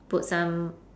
put some